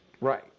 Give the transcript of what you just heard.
Right